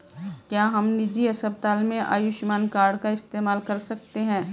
क्या हम निजी अस्पताल में आयुष्मान कार्ड का इस्तेमाल कर सकते हैं?